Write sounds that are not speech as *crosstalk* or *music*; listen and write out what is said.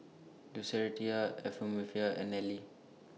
Lucretia *unintelligible* and Nellie